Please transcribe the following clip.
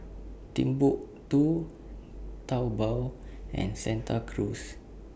Timbuk two Taobao and Santa Cruz